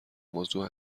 موضوع